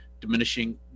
diminishing